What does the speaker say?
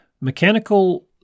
mechanical